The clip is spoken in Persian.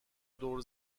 دور